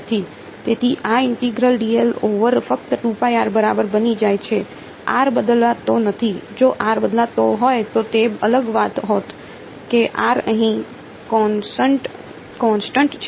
તેથી આ integral over ફક્ત બરાબર બની જાય છે r બદલાતો નથી જો r બદલાતો હોત તો તે અલગ વાત હોત કે r અહીં કોન્સટન્ટ છે